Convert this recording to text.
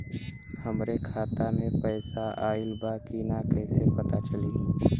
हमरे खाता में पैसा ऑइल बा कि ना कैसे पता चली?